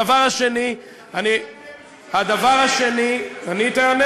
הדבר השני, עשית את זה